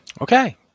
Okay